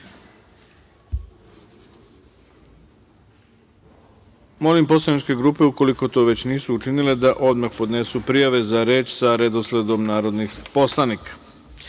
grupe. Molim poslaničke grupe, ukoliko to već nisu učinile, da odmah podnesu prijave za reč sa redosledom narodnih poslanika. Saglasno